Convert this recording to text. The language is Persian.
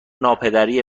ناپدری